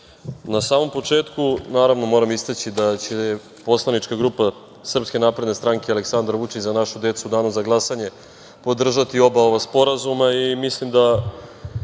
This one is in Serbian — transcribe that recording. na samom početku naravno moram istaći da će poslanička grupa Srpske napredne stranke Aleksandar Vučić – Za našu decu u danu za glasanje podržati oba ova sporazuma. Mislim da